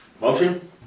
Motion